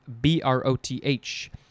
B-R-O-T-H